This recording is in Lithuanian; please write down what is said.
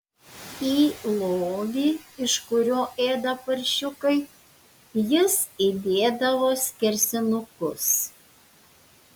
į lovį iš kurio ėda paršiukai jis įdėdavo skersinukus